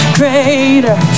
greater